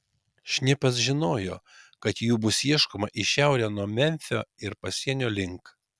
šnipas žinojo kad jų bus ieškoma į šiaurę nuo memfio ir pasienio link